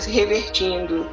revertindo